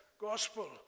gospel